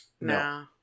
no